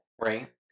Right